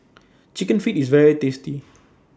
Chicken Feet IS very tasty